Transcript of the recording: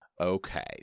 Okay